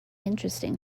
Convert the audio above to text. interesting